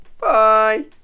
Bye